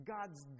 God's